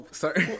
sorry